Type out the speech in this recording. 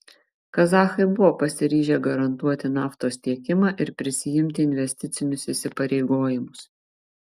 kazachai buvo pasiryžę garantuoti naftos tiekimą ir prisiimti investicinius įsipareigojimus